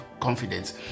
confidence